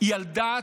היא על דעת,